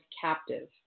captive